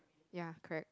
ya correct